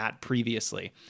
previously